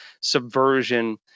subversion